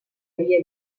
havia